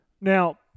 Now